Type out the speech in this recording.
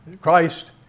Christ